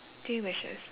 three wishes